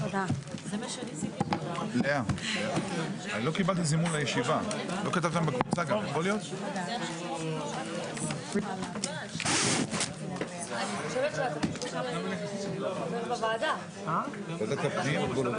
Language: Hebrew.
הישיבה ננעלה בשעה 19:36.